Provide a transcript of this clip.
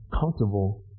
comfortable